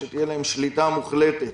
שתהיה להם שליטה מוחלטת.